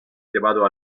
llevado